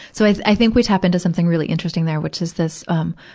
so i, i think we tap into something really interesting there, which is this, um,